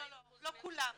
כולם --- לא כולם.